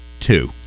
two